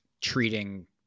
treating